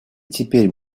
теперь